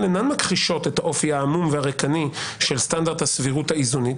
אינן מכחישות את האופי העמום והריקני של סטנדרט הסבירות האיזונית,